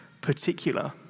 particular